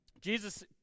Jesus